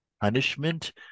punishment